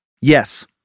yes